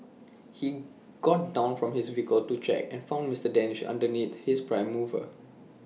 he got down from his vehicle to check and found Mister danish underneath his prime mover